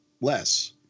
less